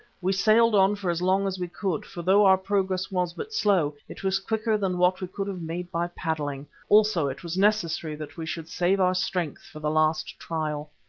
we sailed on for as long as we could, for though our progress was but slow, it was quicker than what we could have made by paddling. also it was necessary that we should save our strength for the last trial.